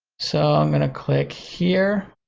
so i'm gonna click here